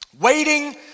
waiting